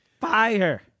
Fire